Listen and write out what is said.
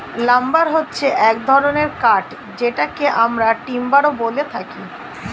lumber হচ্ছে এক ধরনের কাঠ যেটাকে আমরা টিম্বারও বলে থাকি